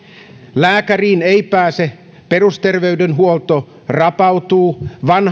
lääkäriin ei pääse perusterveydenhuolto rapautuu